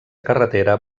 carretera